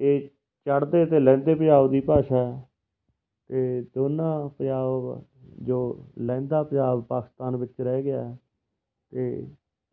ਇਹ ਚੜ੍ਹਦੇ ਅਤੇ ਲਹਿੰਦੇ ਪੰਜਾਬ ਦੀ ਭਾਸ਼ਾ ਅਤੇ ਦੋਨਾਂ ਪੰਜਾਬ ਜੋ ਲਹਿੰਦਾ ਪੰਜਾਬ ਪਾਕਿਸਤਾਨ ਵਿੱਚ ਰਹਿ ਗਿਆ ਅਤੇ